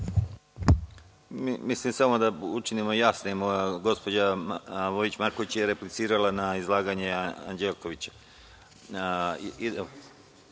Samo da učinimo jasnim, gospođa Vojić Marković je replicirala na izlaganje Anđelkovića. Na